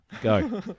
Go